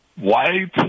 White